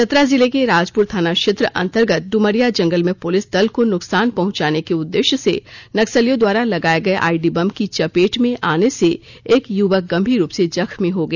चतरा जिले के राजपुर थाना क्षेत्र अंतर्गत डुमरिया जंगल में पुलिस दल को नुकसान पहुंचाने के उद्देश्य से नक्सलियों द्वारा लगाए गए आईडी बम की चपेट में आने से एक युवक गंभीर रुप से जख्मी हो गया